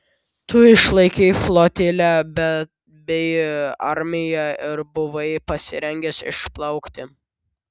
tu išlaikei flotilę bei armiją ir buvai pasirengęs išplaukti